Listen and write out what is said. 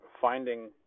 finding